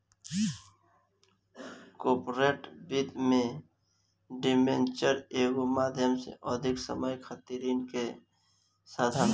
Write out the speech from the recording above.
corporate वित्त में debenture एगो माध्यम से अधिक समय खातिर ऋण के साधन ह